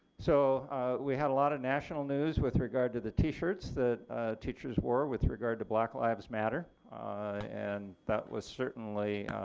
so we had a lot of national news with regard to the t-shirts that teachers wore with regards to black lives matter and that was certainly,